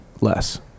Less